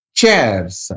chairs